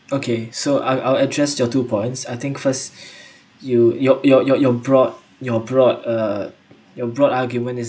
okay so I will I will address your two points I think first you your your your your brought your brought uh your broad argument is